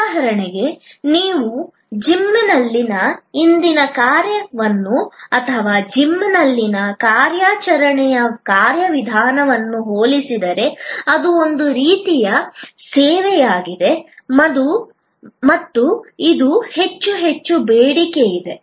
ಉದಾಹರಣೆಗೆ ನೀವು ಜಿಮ್ನಲ್ಲಿನ ಇಂದಿನ ಕಾರ್ಯವನ್ನು ಅಥವಾ ಜಿಮ್ನಲ್ಲಿನ ಕಾರ್ಯಾಚರಣೆಯ ಕಾರ್ಯವಿಧಾನವನ್ನು ಹೋಲಿಸಿದರೆ ಅದು ಒಂದು ರೀತಿಯ ಸೇವೆಯಾಗಿದೆ ಮತ್ತು ಈಗ ಹೆಚ್ಚು ಹೆಚ್ಚು ಬೇಡಿಕೆಯಿದೆ